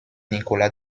nicolas